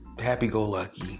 happy-go-lucky